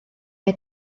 mae